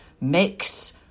mix